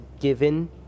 given